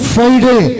Friday